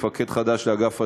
מפקד חדש לאגף התנועה.